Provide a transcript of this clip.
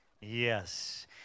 Yes